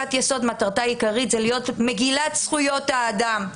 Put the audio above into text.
חקיקת יסוד מטרתה העיקרית להיות מגילת זכויות האדם.